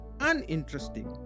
Uninteresting